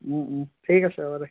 ঠিক আছে হ'ব দে